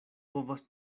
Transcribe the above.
povas